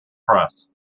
press